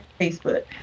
Facebook